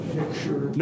picture